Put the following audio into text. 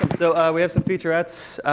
so we have some featurettes.